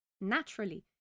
naturally